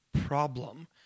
problem